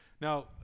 Now